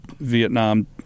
Vietnam